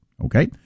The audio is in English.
Okay